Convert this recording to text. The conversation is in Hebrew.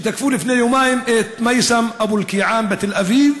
תקפו לפני יומיים את מייסם אבו אלקיעאן בתל-אביב